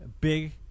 big